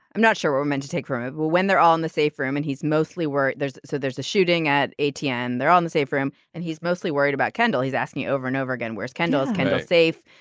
i'm not sure we're meant to take from it. well when they're all in the safe room and he's mostly work there's so there's a shooting at atf and they're on the safe room and he's mostly worried about kendall he's asked me over and over again where's kendall kind of safe.